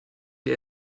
der